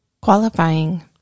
Qualifying